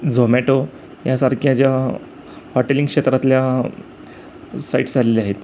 झोमॅटो यासारख्या ज्या हॉटेलिंग क्षेत्रातल्या साईट्स आलेल्या आहेत